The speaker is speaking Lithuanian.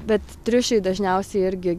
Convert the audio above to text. bet triušiai dažniausiai irgi